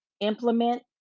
implement